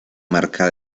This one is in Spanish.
marca